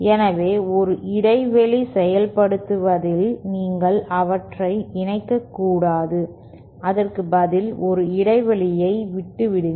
எனவே ஒரு இடைவெளி செயல்படுத்துவதில் நீங்கள் அவற்றை இணைக்க கூடாது அதற்குபதில் ஒரு இடைவெளியை விட்டு விடுங்கள்